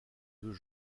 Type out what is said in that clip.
deux